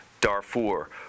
Darfur